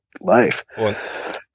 life